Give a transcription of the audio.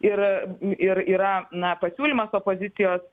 ir ir yra na pasiūlymas opozicijos